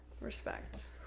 Respect